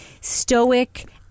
stoic